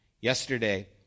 Yesterday